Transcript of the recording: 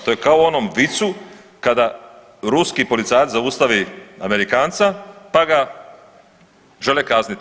To je kao u onom vicu kada ruski policajac zaustavi Amerikanca, pa ga žele kazniti.